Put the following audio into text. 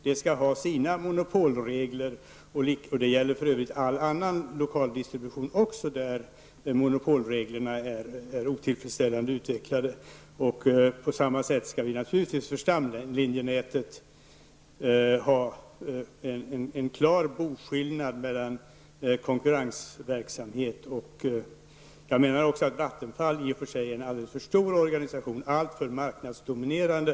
Där skall man ha sina monopolregler. Det gäller för övrigt också för all annan lokaldistribution där monopolreglerna inte är utvecklade på ett tillfredsställande sätt. På samma sätt skall det naturligtvis för stamlinjenätet vara en klar boskillnad i förhållande till den konkurrensutsatta verksamheten. Vattenfall är en alldeles för stor organisation och alldeles för marknadsdominerande.